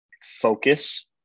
focus